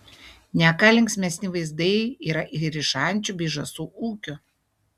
ne ką linksmesni vaizdai yra ir iš ančių bei žąsų ūkių